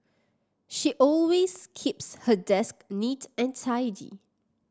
she always keeps her desk neat and tidy